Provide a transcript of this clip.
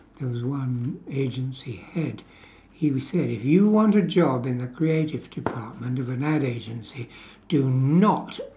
there was one agency head he was said if you want a job in a creative department of an ad agency do not